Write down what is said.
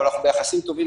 אבל אנחנו ביחסים טובים,